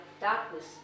darkness